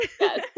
yes